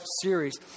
series